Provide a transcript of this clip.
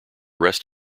rest